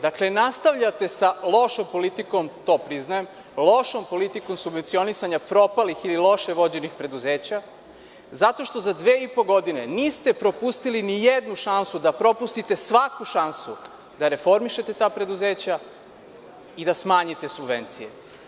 Dakle, nastavljate sa lošom politikom, to priznajem, subvencionisanja propalih ili loše vođenih preduzeća, zato što za dve i po godine niste propustili nijednu šansu da propustite svaku šansu da reformišete ta preduzeća i da smanjite subvencije.